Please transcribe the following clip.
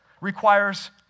requires